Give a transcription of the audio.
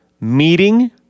meeting